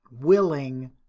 willing